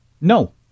No